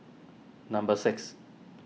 number six